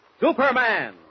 Superman